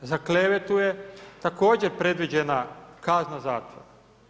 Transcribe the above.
Za klevetu je također predviđena kazna zatvora.